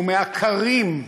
שהוא מהקרים,